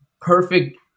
perfect